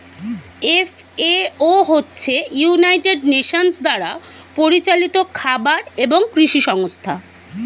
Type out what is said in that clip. FAO হচ্ছে United Nations দ্বারা পরিচালিত খাবার এবং কৃষি সংস্থা